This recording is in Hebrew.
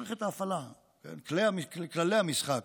בכללי המשחק